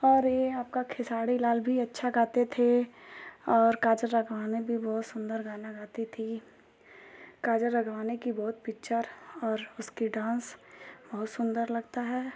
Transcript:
और ये आपका खेसारी लाल भी अच्छा गाते थे और काजल राघवानी भी बहुत सुंदर गाना गाती थी काजल राघवानी के बहुत पिक्चर और इसके डांस बहुत सुंदर लगता है